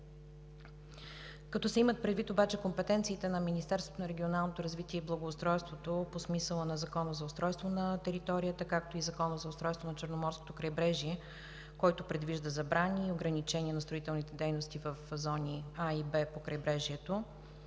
Като се имат предвид обаче компетенциите на Министерството на регионалното развитие и благоустройството по смисъла на Закона за устройство на територията, както и Закона за устройството на Черноморското крайбрежие, който предвижда забрани и ограничения на строителните дейности в зони „А“ и „Б“ по крайбрежието,